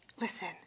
Listen